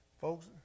folks